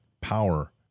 power